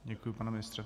Děkuji, pane ministře.